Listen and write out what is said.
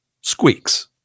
squeaks